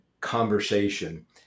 conversation